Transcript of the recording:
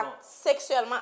sexuellement